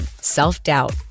self-doubt